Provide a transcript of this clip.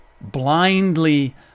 blindly